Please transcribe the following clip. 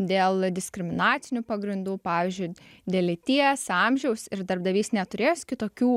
dėl diskriminacinių pagrindų pavyzdžiui dėl lyties amžiaus ir darbdavys neturės kitokių